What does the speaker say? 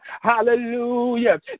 hallelujah